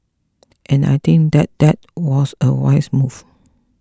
and I think that that was a wise move